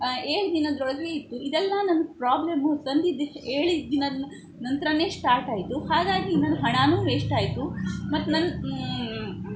ಏಳು ದಿನದೊಳಗೆ ಇತ್ತು ಇದೆಲ್ಲಾ ನನ್ನ ಪ್ರೋಬ್ಲಮು ತಂದಿದ್ದು ಹೇಳಿದ್ ದಿನದ ನಂತ್ರ ಸ್ಟಾರ್ಟಾಯಿತು ಹಾಗಾಗಿ ನನ್ನ ಹಣಾ ವೇಶ್ಟಾಯಿತು ಮತ್ತು ನನ್ನ